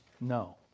no